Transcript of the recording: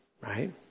right